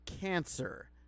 cancer